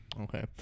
okay